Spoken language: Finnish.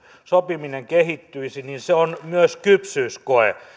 sopiminen kehittyisi se on myös kypsyyskoe